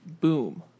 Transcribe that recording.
boom